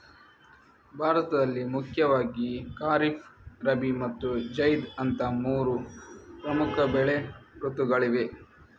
ಭಾರತದಲ್ಲಿ ಮುಖ್ಯವಾಗಿ ಖಾರಿಫ್, ರಬಿ ಮತ್ತು ಜೈದ್ ಅಂತ ಮೂರು ಪ್ರಮುಖ ಬೆಳೆ ಋತುಗಳಿವೆ